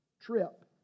trip